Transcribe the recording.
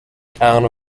town